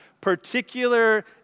particular